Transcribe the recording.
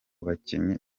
bakinnyi